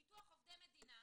ביטוח עובדי מדינה